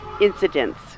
incidents